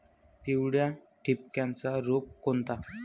पिवळ्या ठिपक्याचा रोग कोणता?